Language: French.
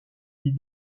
vie